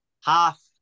half